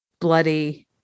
bloody